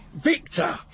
Victor